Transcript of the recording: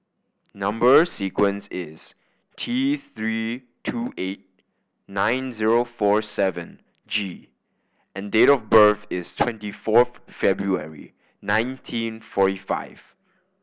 number sequence is T Three two eight nine zero four seven G and date of birth is twenty fourth February nineteen forty five